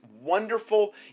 wonderful